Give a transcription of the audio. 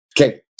Okay